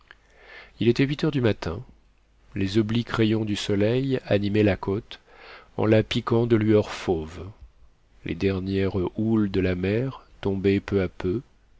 il était huit heures du matin les obliques rayons du soleil animaient la côte en la piquant de lueurs fauves les dernières houles de la mer tombaient peu à peu